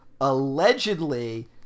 allegedly